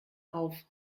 auf